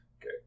Okay